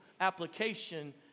application